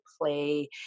play